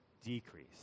decrease